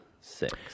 six